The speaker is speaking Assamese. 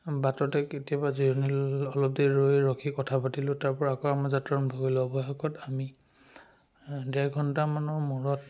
বাটতে কেতিয়াবা জিৰণি ল'লোঁ অলপ দেৰি ৰখি কথা পাতিলোঁ তাৰ পৰা আকৌ আমাৰ যাত্ৰা আৰম্ভ কৰিলোঁ অৱশেষত আমি ডেৰ ঘণ্টামানৰ মূৰত